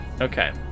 Okay